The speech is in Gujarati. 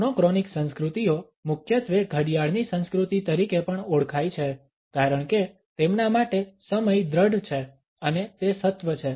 મોનોક્રોનિક સંસ્કૃતિઓ મુખ્યત્વે ઘડિયાળની સંસ્કૃતિ તરીકે પણ ઓળખાય છે કારણ કે તેમના માટે સમય દૃઢ છે અને તે સત્વ છે